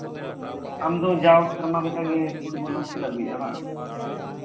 ᱟᱢᱫᱚ ᱡᱟᱣ ᱥᱮᱨᱢᱟ ᱞᱮᱠᱟᱜᱮ ᱯᱷᱩᱴᱵᱚᱞ ᱮᱢ ᱠᱷᱮᱞ ᱟᱹᱜᱩᱭᱮᱫᱟ ᱵᱟᱝ